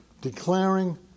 declaring